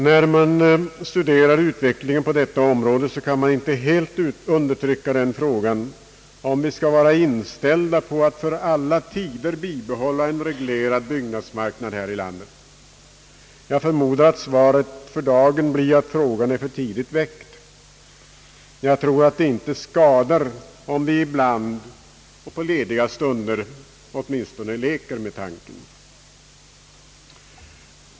När man studerar utvecklingen på detta område kan man inte helt undertrycka frågan om vi skall vara inställda på att för alla tider bibehålla en reglerad byggnadsmarknad här i landet. Jag förmodar att svaret för dagen blir att frågan är för tidigt väckt. Det skadar inte om vi ibland och på lediga stunder åtminstone leker med tanken.